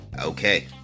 Okay